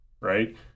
right